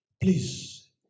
Please